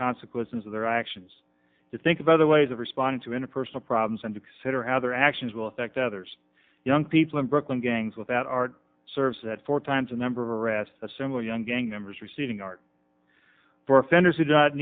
consequences of their actions to think of other ways of responding to interpersonal problems and exciter how their actions will affect others young people in brooklyn gangs without our service that four times a number arrests a similar young gang members receiving art for offenders